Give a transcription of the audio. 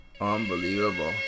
Unbelievable